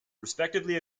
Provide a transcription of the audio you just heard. respectively